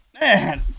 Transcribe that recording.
Man